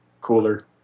cooler